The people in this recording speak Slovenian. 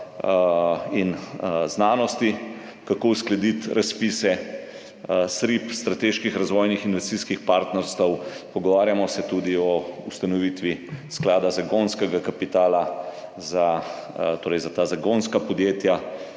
in znanosti, kako uskladiti razpise SRIP, strateških razvojno-investicijskih partnerstev. Pogovarjamo se tudi o ustanovitvi sklada zagonskega kapitala za ta zagonska podjetja,